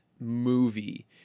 movie